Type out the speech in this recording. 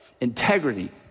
integrity